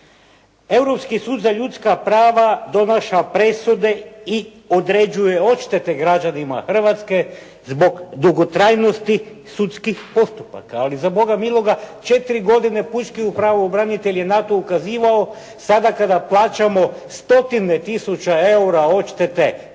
Europski sud za ljudska prava donaša presude i određuje odštete građanima Hrvatske zbog dugotrajnosti sudskih postupaka. Ali za Boga miloga 4 godine pučki pravobranitelj je na to ukazivao. Sada kada plaćamo stotine tisuća EUR-a odštete presudama